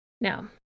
Now